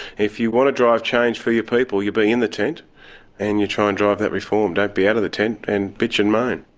if you want to drive change for your people you be in the tent and you try and drive that reform, don't be out of the tent and bitch and moan.